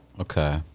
Okay